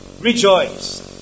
rejoice